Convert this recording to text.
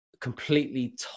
completely